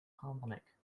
harmonic